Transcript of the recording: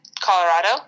Colorado